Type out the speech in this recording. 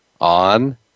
on